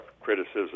criticism